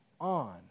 on